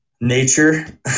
nature